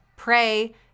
Pray